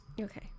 Okay